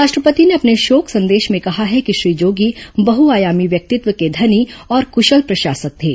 राष्ट्र पति ने अपने शोक संदेश में कहा है कि श्री जोगी बहुआयामी व्यक्तित्व के धनी और कुशल प्रशासक थे